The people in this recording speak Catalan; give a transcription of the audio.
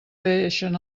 deixen